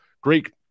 Great